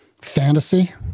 Fantasy